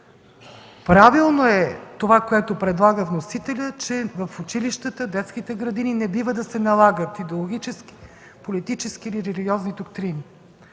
Правилно е, което предлага вносителят, че в училищата и детските градини не бива да се налагат идеологически, политически и религиозни доктрини.